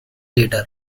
later